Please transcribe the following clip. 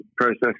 process